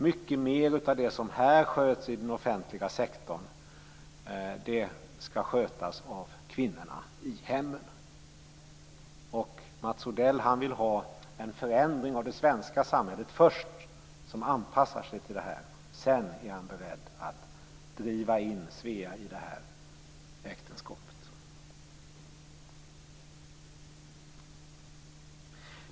Mycket mer av det som här sköts i den offentliga sektorn skall skötas av kvinnorna i hemmen. Mats Odell vill ha en förändring av det svenska samhället först för att anpassa sig till detta. Sedan är han beredd att driva in Svea i det här äktenskapet.